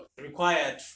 required